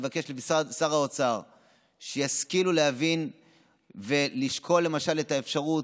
אני מבקש משר האוצר שישכילו להבין ולשקול את האפשרות,